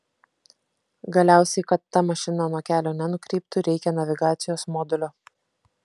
galiausiai kad ta mašina nuo kelio nenukryptų reikia navigacijos modulio